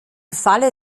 falle